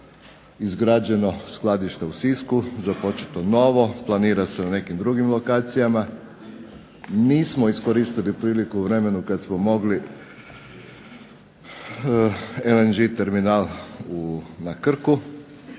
izgrađeno skladište u Sisku, započeto novo, planira se na nekim drugim lokacijama. Nismo iskoristili priliku u vremenu kad smo mogli LNG terminal na Krku.